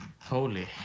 Holy